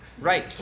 Right